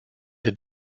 der